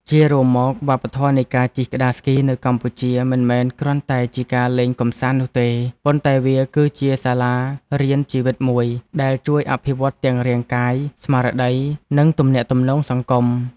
ជារួមមក វប្បធម៌នៃការជិះក្ដារស្គីនៅកម្ពុជាមិនមែនគ្រាន់តែជាការលេងកម្សាន្តនោះទេ ប៉ុន្តែវាគឺជាសាលារៀនជីវិតមួយដែលជួយអភិវឌ្ឍទាំងរាងកាយ ស្មារតី និងទំនាក់ទំនងសង្គម។